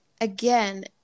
again